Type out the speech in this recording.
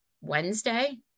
Wednesday